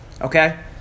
Okay